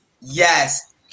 Yes